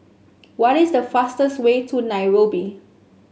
what is the fastest way to Nairobi